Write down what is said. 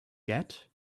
get